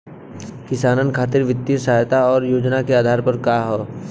किसानन खातिर वित्तीय सहायता और योजना क आधार का ह?